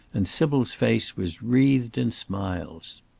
and sybil's face was wreathed in smiles.